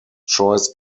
choice